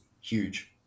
huge